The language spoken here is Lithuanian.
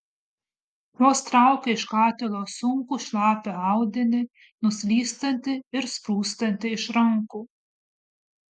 vos traukė iš katilo sunkų šlapią audinį nuslystantį ir sprūstantį iš rankų